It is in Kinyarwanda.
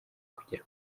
kugera